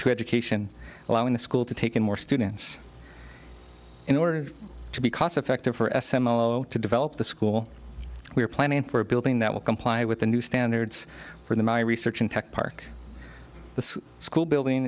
two education allowing the school to take in more students in order to be cost effective for s m u to develop the school we are planning for a building that will comply with the new standards for the my research and tech park the school building